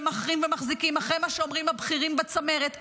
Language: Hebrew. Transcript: ומחרים מחזיקים אחרי מה שאומרים הבכירים בצמרת.